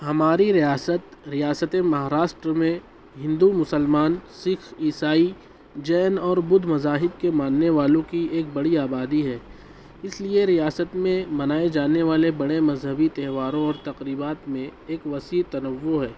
ہماری ریاست ریاست مہاراشٹر میں ہندو مسلمان سکھ عیسائی جین اور بدھ مذاہب کے ماننے والوں کی ایک بڑی آبادی ہے اس لیے ریاست میں منائے جانے والے بڑے مذہبی تہواروں اور تقریبات میں ایک وسیع تنوع ہے